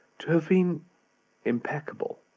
to have been impeccable,